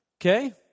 Okay